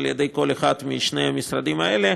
על ידי כל אחד משני המשרדים האלה,